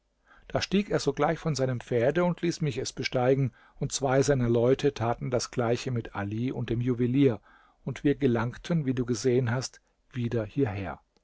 da stieg er sogleich von seinem pferde und ließ mich es besteigen und zwei seiner leute taten das gleiche mit ali und dem juwelier und wir gelangten wie du gesehen hast wieder hierher